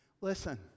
listen